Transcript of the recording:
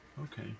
Okay